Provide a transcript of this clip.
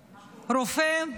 רופא,